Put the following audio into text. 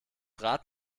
rad